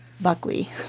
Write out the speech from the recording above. Buckley